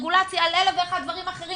רגולציה על אלף ואחד דברים אחרים,